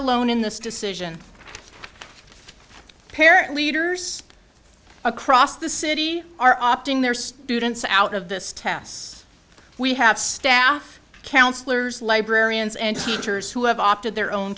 alone in this decision parent leaders across the city are opting their students out of the stats we have staff counsellors librarians and teachers who have opted their own